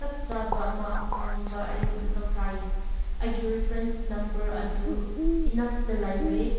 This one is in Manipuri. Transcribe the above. ꯆꯞ ꯆꯥꯕ ꯑꯃ ꯈꯪꯕ ꯑꯩ ꯃꯊꯧ ꯇꯥꯏ ꯑꯩꯒꯤ ꯔꯤꯐ꯭ꯔꯦꯟꯁ ꯅꯝꯕꯔ ꯑꯗꯨ ꯏꯅꯥꯛꯇ ꯂꯩꯔꯦ